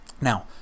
Now